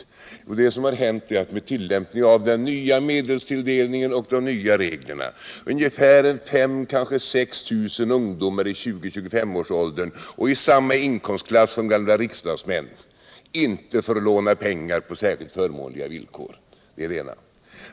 Jo, det som har hänt är att med tillämpning av den nya medelstilldelningen och de nya reglerna ungefär 5 000-6 000 ungdomar i 20-25-årsåldern och i samma inkomstläge som gamla riksdagsmän inte får låna pengar på särskilt förmånliga villkor. Det är det ena.